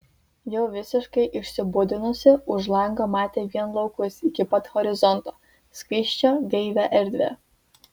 jau visiškai išsibudinusi už lango matė vien laukus iki pat horizonto skaisčią gaivią erdvę